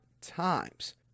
times